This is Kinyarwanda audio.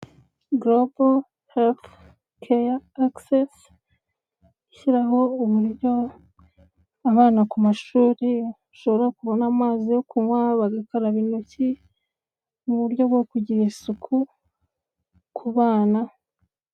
Gorobo herifu keya agisesi ishyiraho uburyo abana ku mashuri bashobora kubona amazi yo kunywa, bagakaraba intoki mu buryo bwo kugira isuku ku bana.